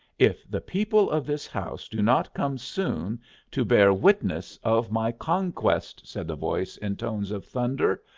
if the people of this house do not come soon to bear witness of my conquest, said the voice in tones of thunder,